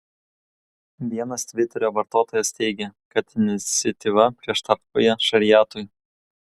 vienas tviterio vartotojas teigė kad iniciatyva prieštarauja šariatui